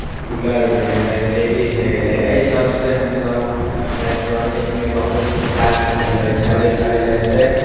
cooler भए गेलै TV भए गेलै एहि सबसँ हमसब इलेक्ट्रॉनिकमे बहुत विकास भेलै छलै पहिलेसँ